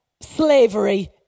Slavery